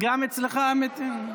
גם אצלך אמיתי?